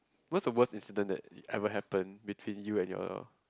what's the worst incident that ever happen between you and your